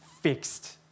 fixed